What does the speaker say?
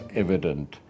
evident